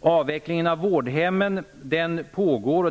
Avvecklingen av vårdhemmen pågår.